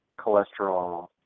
cholesterol